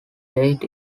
eight